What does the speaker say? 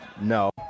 No